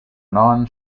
non